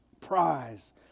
prize